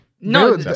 No